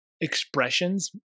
expressions